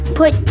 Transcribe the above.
put